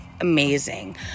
amazing